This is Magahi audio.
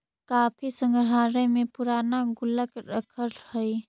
काफी संग्रहालय में पूराना गुल्लक रखल हइ